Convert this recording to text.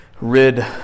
rid